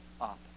up